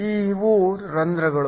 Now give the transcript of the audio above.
ಇವು ಹೋಲ್ ಗಳು